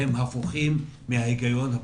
הם הפוכים מההיגיון הפשוט.